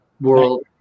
world